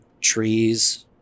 trees